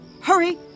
Hurry